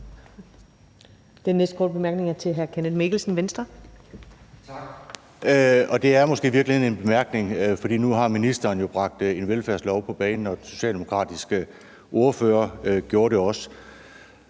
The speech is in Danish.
Den næste korte bemærkning er til hr. Kenneth Mikkelsen, Venstre. Kl. 20:02 Kenneth Mikkelsen (V): Tak. Det er måske i virkeligheden en bemærkning, for nu har ministeren jo bragt en velfærdslov på banen, og den socialdemokratiske ordfører gjorde det også.